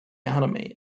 anime